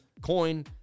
coin